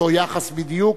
אותו יחס בדיוק,